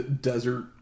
desert